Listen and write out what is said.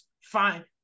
Fine